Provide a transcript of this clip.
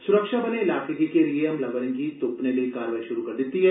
सुरक्षा बले इलाके गी घेरियै हमलावरें गी तुप्पने लेई कारवाई शुरू करी दित्ती दी ऐ